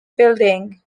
building